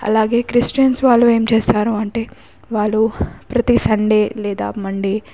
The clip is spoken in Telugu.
అలాగే క్రిస్టియన్స్ వాళ్ళు ఏం చేస్తారు అంటే వాళ్ళు ప్రతీ సండే లేదా మండే